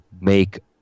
make